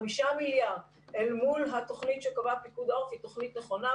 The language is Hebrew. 5 מיליארד אל מול התוכנית שקבע פיקוד העורף היא תוכנית נכונה,